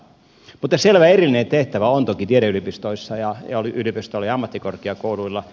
mutta selvä erillinen tehtävä on toki tiedeyliopistoilla ja ammattikorkeakouluilla